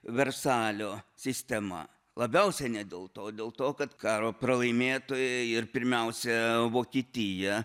versalio sistema labiausiai ne dėl to o dėl to kad karo pralaimėtojai ir pirmiausia vokietija